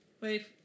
Wait